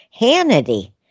Hannity